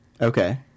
Okay